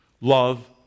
Love